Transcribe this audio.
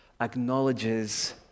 acknowledges